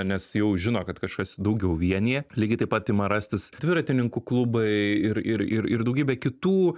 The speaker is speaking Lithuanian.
nes jau žino kad kažkas daugiau vienija lygiai taip pat ima rastis dviratininkų klubai ir ir ir ir daugybė kitų